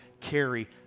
carry